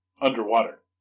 Underwater